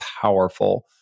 powerful